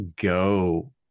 go